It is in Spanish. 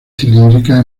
cilíndrica